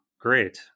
great